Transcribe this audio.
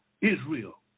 Israel